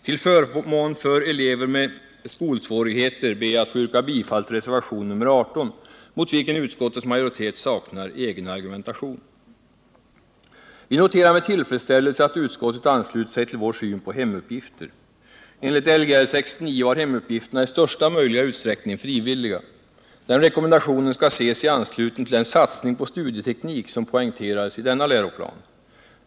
Till förmån för elever med skolsvårigheter ber jag att få yrka bifall till reservation nr 18, mot vilken utskottets majoritet saknar egen argumentation. Vi noterar med tillfredsställelse att utskottet anslutit sig till vår syn på hemuppgifter. Enligt Lgr 69 var hemuppgifterna i största möjliga utsträckning frivilliga. Den rekommendationen skall ses i anslutning till den satsning på studieteknik som poängterades i denna läroplan.